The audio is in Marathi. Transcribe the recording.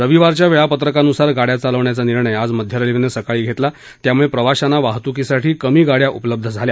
रविवारच्या वेळापत्रकान्सार गाड्या चालवण्याचा निर्णय आज मध्य रेल्वेनं घेतला त्यामुळे प्रवाशांना वाहतुकीसाठी कमी गाड्या उपलब्ध झाल्या